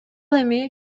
эми